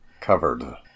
covered